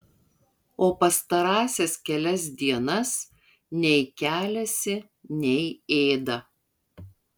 o pastarąsias kelias dienas nei keliasi nei ėda